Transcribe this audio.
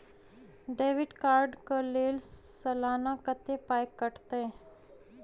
Debit card कऽ लेल सलाना कत्तेक पाई कटतै?